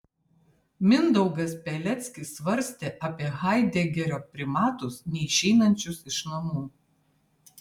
mindaugas peleckis svarstė apie haidegerio primatus neišeinančius iš namų